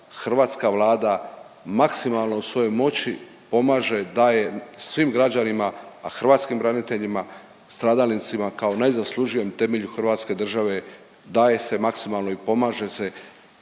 hrvatska Vlada maksimalno u svojoj moći pomaže, daje svim građanima, a hrvatskim braniteljima, stradalnicima kao najzaslužnijem temelju Hrvatske države daje se maksimalno i pomaže se